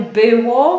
było